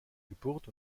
geburt